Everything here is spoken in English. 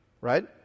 right